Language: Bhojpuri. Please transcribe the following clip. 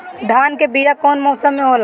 धान के बीया कौन मौसम में होला?